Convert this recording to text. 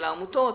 של העמותות,